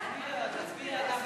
נסים, יאללה, הצבעה.